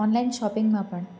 online શોપિંગમાં પણ